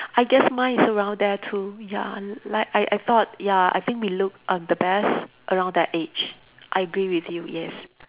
I guess mine is around there too ya like I I thought ya I think we look err the best around that age I agree with you yes